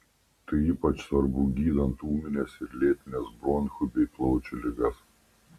tai ypač svarbu gydant ūmines ir lėtines bronchų bei plaučių ligas